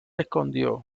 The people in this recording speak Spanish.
escondió